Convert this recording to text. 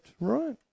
right